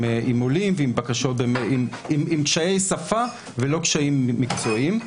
עולים ועם קשיי שפה ולא קשיים מקצועיים.